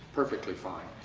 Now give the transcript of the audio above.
perfectly fine.